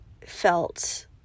felt